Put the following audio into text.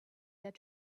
their